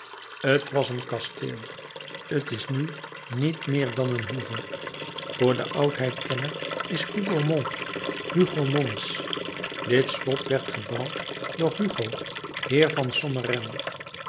t was een kasteel t is nu niet meer dan een hoeve voor den oudheidkenner is hougomont hugomons dit slot werd gebouwd door hugo heer van